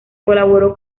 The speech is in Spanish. colaboró